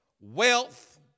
wealth